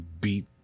beat